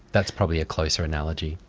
that's probably a closer analogy.